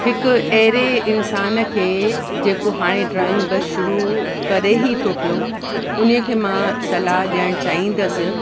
हिकु अहिड़े इंसान खे जेको हाणे ड्रॉइंग बसि शुरू करे ई थो पियो उन खे मां सलाह ॾियणु चाहींदसि